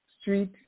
Street